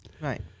Right